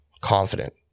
confident